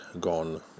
gone